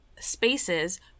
spaces